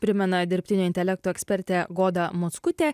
primena dirbtinio intelekto ekspertė goda mockutė